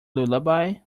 lullaby